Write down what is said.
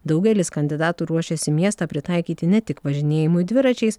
daugelis kandidatų ruošiasi miestą pritaikyti ne tik važinėjimui dviračiais